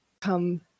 come